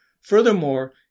Furthermore